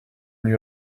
lui